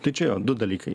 tai čia jo du dalykai